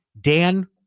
Dan